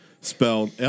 spelled